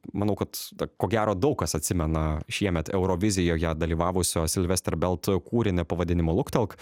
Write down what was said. manau kad t ko gero daug kas atsimena šiemet eurovizijoje dalyvavusio silvester belt kūrinį pavadinimu luktelk